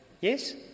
Yes